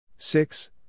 Six